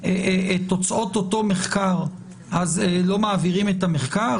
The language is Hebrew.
תוצאות מחקר אז לא מעבירים את המחקר?